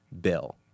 Bill